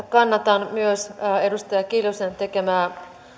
kannatan edustaja kiljusen tekemää